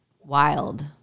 wild